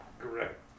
Correct